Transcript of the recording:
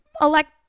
elect